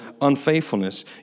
unfaithfulness